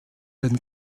den